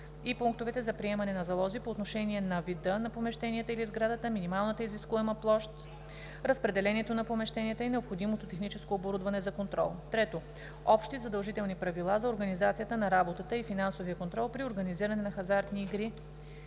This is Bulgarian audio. и пунктовете за приемане на залози по отношение на вида на помещенията или сградата, минималната изискуема площ, разпределението на помещенията и необходимото техническо оборудване за контрол; 3. общи задължителни правила за организацията на работата и финансовия контрол при организиране на хазартни игри